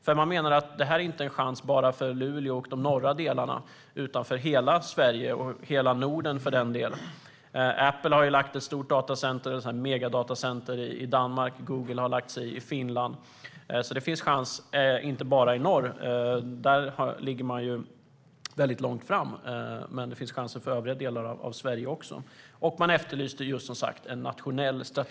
Man menar nämligen att det här inte är en chans bara för Luleå och de norra delarna utan för hela Sverige och hela Norden, för den delen. Apple har ett stort datacenter, ett megadatacenter, i Danmark. Google har ett i Finland. Det finns alltså chans inte bara i norr. Där ligger man väldigt långt framme, men det finns chanser för övriga delar av Sverige också. Man efterlyste som sagt en nationell strategi.